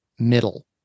Middle